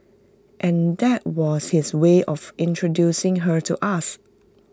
and that was his way of introducing her to us